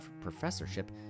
professorship